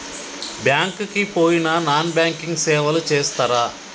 Bank కి పోయిన non banking సేవలు చేస్తరా?